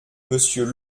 mmonsieur